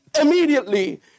immediately